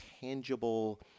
tangible